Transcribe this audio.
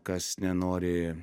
kas nenori